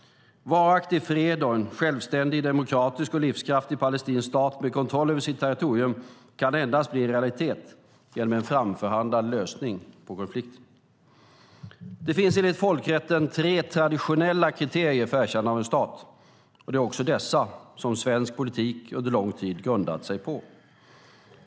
Varaktig fred och en självständig, demokratisk och livskraftig palestinsk stat med kontroll över sitt territorium kan endast bli en realitet genom en framförhandlad lösning på konflikten. Det finns enligt folkrätten tre traditionella kriterier för erkännande av en stat, och det är också dessa som svensk politik under lång tid grundat sig på.